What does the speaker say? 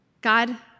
God